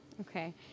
Okay